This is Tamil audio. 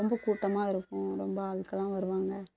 ரொம்ப கூட்டமாக இருக்கும் ரொம்ப ஆட்கள்லாம் வருவாங்க